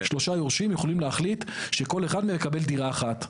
שלושה יורשים יכולים להחליט שכל אחד מהם מקבל דירה אחת.